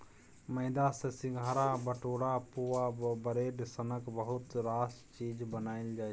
मेदा सँ सिंग्हारा, भटुरा, पुआ आ ब्रेड सनक बहुत रास चीज बनाएल जाइ छै